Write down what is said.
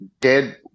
dead